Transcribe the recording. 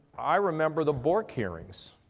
i remember the bork hearings.